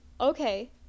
Okay